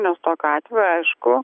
nes tokiu atveju aišku